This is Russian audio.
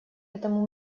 этому